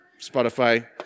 Spotify